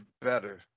better